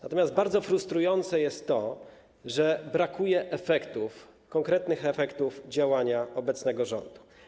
Natomiast bardzo frustrujące jest to, że brakuje konkretnych efektów działania obecnego rządu.